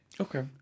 Okay